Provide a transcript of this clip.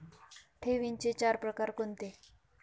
ठेवींचे चार प्रकार कोणते?